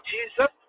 Jesus